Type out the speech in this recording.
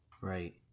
Right